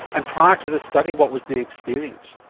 and prior to this study what was the experience?